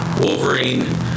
Wolverine